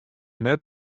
net